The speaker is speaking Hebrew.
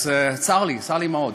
אז צר לי, צר לי מאוד,